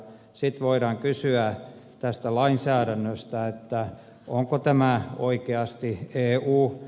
sitten voidaan kysyä tästä lainsäädännöstä onko tämä oikeasti neuvoo